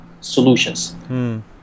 solutions